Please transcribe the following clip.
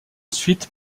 ensuite